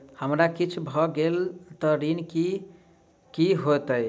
हमरा किछ भऽ गेल तऽ ऋण केँ की होइत?